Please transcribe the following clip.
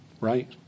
right